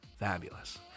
Fabulous